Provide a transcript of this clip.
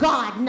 God